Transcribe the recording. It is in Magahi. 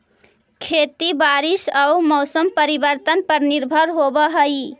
खेती बारिश आऊ मौसम परिवर्तन पर निर्भर होव हई